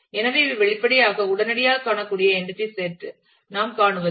எனவே இவை வெளிப்படையாக உடனடியாகக் காணக்கூடிய என்டிடி செட் நாம் காணுவது